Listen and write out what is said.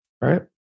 right